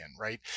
right